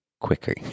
quicker